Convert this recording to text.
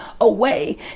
away